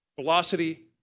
velocity